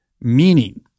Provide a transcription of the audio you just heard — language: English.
meaning